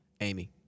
Amy